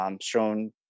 shown